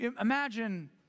imagine